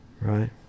right